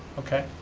okay.